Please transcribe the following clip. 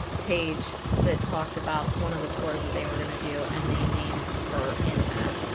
page that talked about one of the tours that they were gonna do and they named her in that